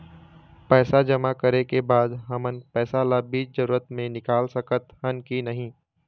पैसा जमा करे के बाद हमन पैसा ला बीच जरूरत मे निकाल सकत हन की नहीं?